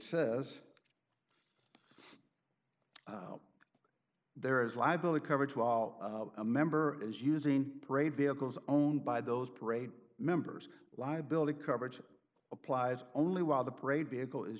says there is liability coverage while a member is using parade vehicles owned by those parade members liability coverage applies only while the parade